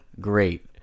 great